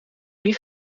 niet